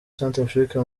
centrafrique